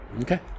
Okay